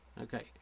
Okay